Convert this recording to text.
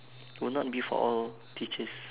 will not be for all teachers